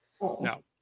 no